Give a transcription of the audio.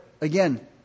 again